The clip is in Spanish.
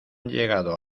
llegado